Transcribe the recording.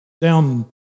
down